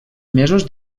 mesos